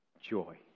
joy